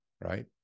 right